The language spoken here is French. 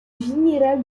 général